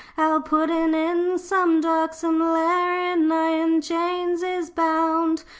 our puddin in some darksome lair in iron chains is bound,